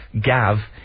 Gav